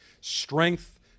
Strength